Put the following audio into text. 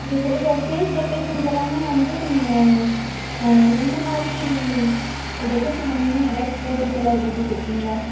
okay sir இப்போ stage டெக்கரெஷனுக்கு எல்லாமே வந்து நீங்கள் என்னமாதிரி டெக்கரேஷன் பண்ணுவீங்கனு ஏதாச்சும் ஃபோட்டோஸ் எல்லாம் ஏதாச்சும் வச்சுருக்கீங்களா